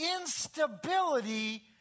instability